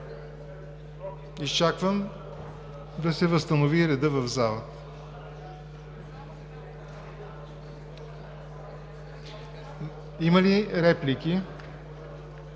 Изчаквам да се възстанови редът в залата. Има ли реплики?